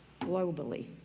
globally